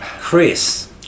Chris